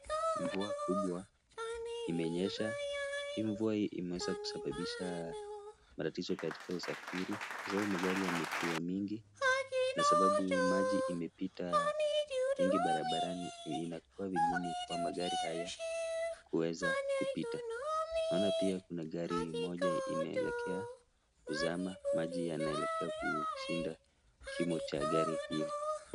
Mvua kubwa imenyesha, hii mvua imeweza kusababisha matatizo katika usafiri. Kwa sababu magari yamekuwa mingi, na sababu maji imepita mingi barabarani na inakua vigumu kwa magari haya kuweza kupita. Naona pia kuna gari moja inaelekea kuzama maji yanaelekea kushinda kimo cha gari hili.